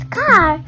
car